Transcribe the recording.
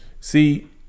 See